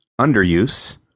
underuse